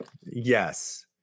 yes